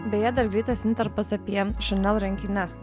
beje dar greitas intarpas apie chanel rankines